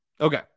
Okay